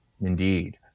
Indeed